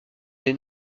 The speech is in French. des